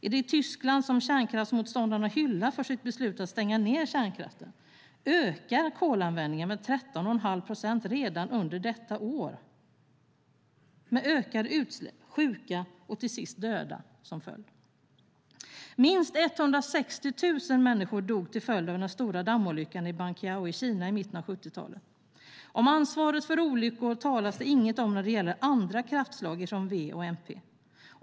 I det Tyskland som kärnkraftsmotståndarna hyllar för sitt beslut att stänga ned kärnkraften, ökar kolanvändningen med 13,5 procent redan under detta år med ökade utsläpp, sjuka och till sist döda som följd. Minst 160 000 människor dog till följd av den stora dammolyckan i Banqiao i Kina i mitten av 70-talet. Ansvaret för olyckor talas det inget om från V och MP när det gäller andra kraftslag.